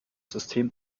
system